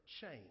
change